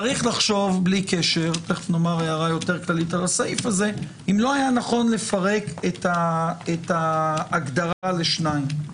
צריך לחשוב בלי קשר אם לא היה נכון לפרק את ההגדרה לשניים.